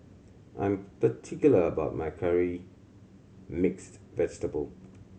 I'm particular about my Curry Mixed Vegetable